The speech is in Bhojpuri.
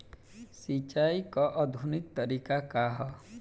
सिंचाई क आधुनिक तरीका का ह?